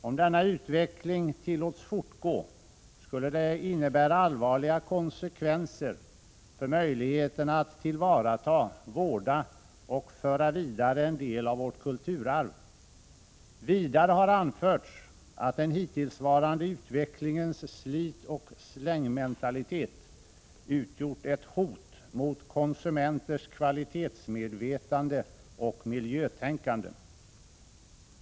Om denna utveckling tillåts fortgå'skulle det innebära allvarliga konsekvenser för möjligheten att tillvarata, vårda och föra vidare en del av vårt kulturarv. Vidare har anförts att den hittillsvarande utvecklingens 'slitoch slängmentalitet” utgjort ett hot mot konsumenters kvalitetsmedvetande och miljötänkande.